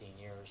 years